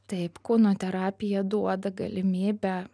taip kūno terapija duoda galimybę